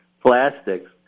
plastics